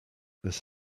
this